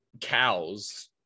cows